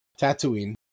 Tatooine